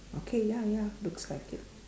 okay ya ya looks like it